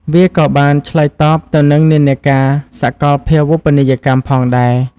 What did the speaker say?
វាក៏បានឆ្លើយតបទៅនឹងនិន្នាការសកលភាវូបនីយកម្មផងដែរ។